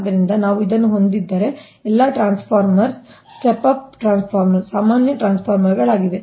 ಆದ್ದರಿಂದ ನಾವು ಇದನ್ನು ಹೊಂದಿದ್ದರೆ ಎಲ್ಲಾ ಟ್ರಾನ್ಸ್ಫಾರ್ಮರ್ಗಳು ಸ್ಟೆಪ್ ಅಪ್ ಟ್ರಾನ್ಸ್ಫಾರ್ಮರ್ ಸಾಮಾನ್ಯ ಟ್ರಾನ್ಸ್ಫಾರ್ಮರ್ಗಳಾಗಿವೆ